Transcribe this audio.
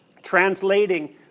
translating